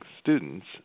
students